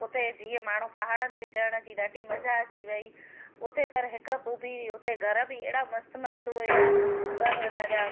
उते जीअं माण्हू पहाड़नि ते चढ़नि जी ॾाढी मजा अची वई उते पर हिकु ख़ूबी हुई उते घर बि अहिड़ा मस्तु मस्तु हुआ त उन जा